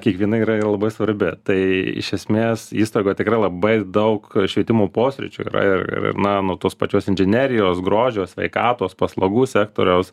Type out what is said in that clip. kiekviena yra ir labai svarbi tai iš esmės įstaigoj yra labai daug švietimo posričių yra ir ir na nuo tos pačios inžinerijos grožio sveikatos paslaugų sektoriaus